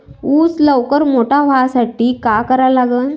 ऊस लवकर मोठा व्हासाठी का करा लागन?